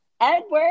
Edward